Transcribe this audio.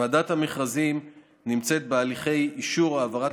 ועדת המכרזים נמצאת בהליכי אישור העברת